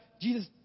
Jesus